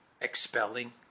expelling